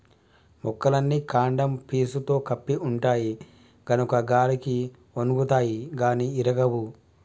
మొక్కలన్నీ కాండం పీసుతో కప్పి ఉంటాయి గనుక గాలికి ఒన్గుతాయి గాని ఇరగవు